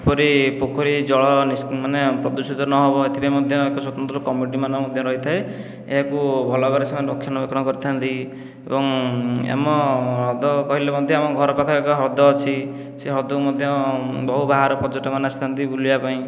କିପରି ପୋଖରୀ ଜଳ ମାନେ ପ୍ରଦୂଷିତ ନହେବ ଏଥିପାଇଁ ମଧ୍ୟ ଏକ ସ୍ୱତନ୍ତ୍ର କମିଟି ମାନ ମଧ୍ୟ ରହିଥାଏ ଏହାକୁ ଭଲ ଭାବରେ ସେମାନେ ରକ୍ଷଣା ବେକ୍ଷଣ କରିଥାନ୍ତି ଏବଂ ଆମ ହ୍ରଦ କହିଲେ ମଧ୍ୟ ଆମ ଘର ପାଖରେ ଏକ ହ୍ରଦ ଅଛି ସେ ହ୍ରଦକୁ ମଧ୍ୟ ବହୁ ବାହାରୁ ପର୍ଯ୍ୟଟକମାନେ ଆସିଥାନ୍ତି ବୁଲିବା ପାଇଁ